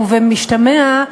ובמשתמע,